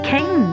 King